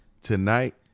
tonight